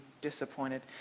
disappointed